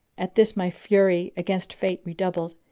at this my fury against fate redoubled,